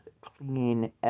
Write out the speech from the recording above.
clean